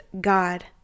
God